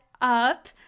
up